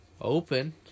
open